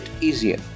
easier